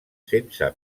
sense